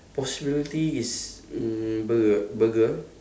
possibility is mm burger burger